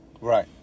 Right